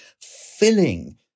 filling